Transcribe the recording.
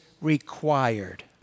required